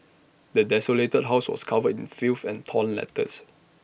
the desolated house was covered in filth and torn letters